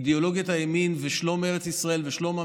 אידיאולוגיית הימין ושלום ארץ ישראל ושלום עם